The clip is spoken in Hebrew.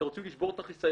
אתם רוצים לשבור את החיסיון?